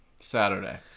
Saturday